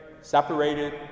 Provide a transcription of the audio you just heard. separated